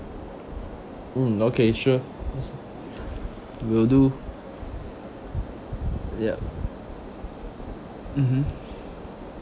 mm okay sure I see will do yup mmhmm